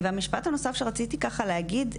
והמשפט הנוסף שרצתי להגיד,